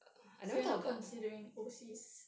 so you are not considering overseas